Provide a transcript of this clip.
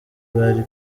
bari